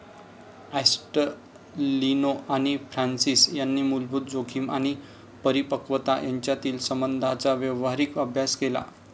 ॲस्टेलिनो आणि फ्रान्सिस यांनी मूलभूत जोखीम आणि परिपक्वता यांच्यातील संबंधांचा व्यावहारिक अभ्यास केला